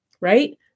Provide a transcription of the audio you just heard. right